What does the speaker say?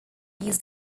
used